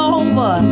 over